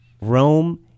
Rome